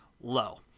low